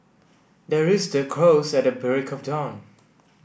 the rooster crows at the break of dawn